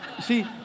See